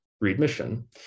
readmission